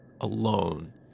alone